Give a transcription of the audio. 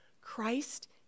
Christ